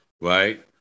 right